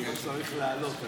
אני צריך לעלות.